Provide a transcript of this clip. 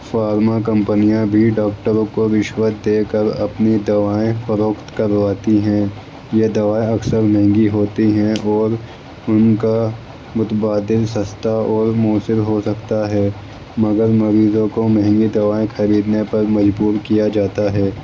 pharma کمپنیاں بھی ڈاکٹروں کو رشوت دے کر اپنی دوائیں فروخت کرواتی ہیں یہ دوائیں اکثر مہنگی ہوتی ہیں اور ان کا متبادل سستا اور مؤثر ہو سکتا ہے مگر مریضوں کو مہنگی دوائیں خریدنے پر مجبور کیا جاتا ہے